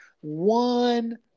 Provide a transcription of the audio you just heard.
one